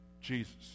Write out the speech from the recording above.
Jesus